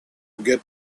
get